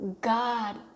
God